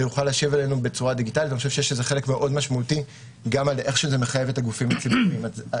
אני חושב שיש לזה חלק מאוד משמעותי בחיוב הגופים עצמם.